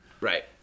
Right